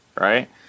right